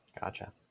Gotcha